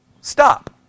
Stop